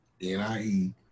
N-I-E